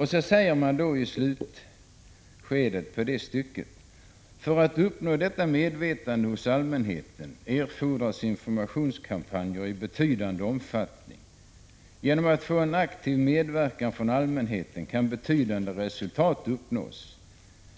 I slutet av stycket står det: ”För att uppnå detta medvetande hos allmänheten erfordras informationskampanjer i betydande omfattning. Genom att få en aktiv medverkan från allmänheten kan betydande resultat uppnås.